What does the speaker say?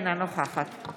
אינה נוכחת